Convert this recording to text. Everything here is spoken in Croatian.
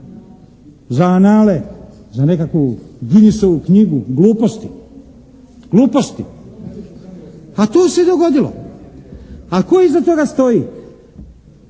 za anale, za nekakvu Guinessovu knjigu gluposti. A to se dogodilo. A tko iza toga stoji?